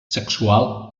sexual